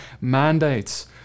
mandates